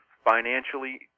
Financially